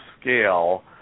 scale